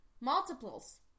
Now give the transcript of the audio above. Multiples